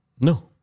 no